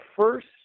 first